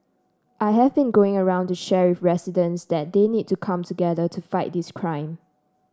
I have been going around to share with residents that they need to come together to fight this crime